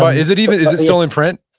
ah is it even, is it still in print?